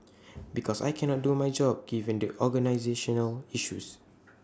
because I cannot do my job given the organisational issues